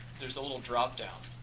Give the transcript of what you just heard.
there's a little drop down.